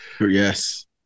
Yes